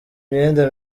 myenda